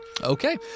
Okay